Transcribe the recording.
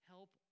Help